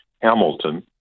Hamilton